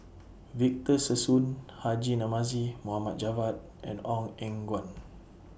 Victor Sassoon Haji Namazie Mohd Javad and Ong Eng Guan